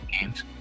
games